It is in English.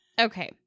Okay